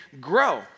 grow